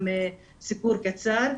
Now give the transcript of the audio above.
גם סיפור קצר,